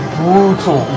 brutal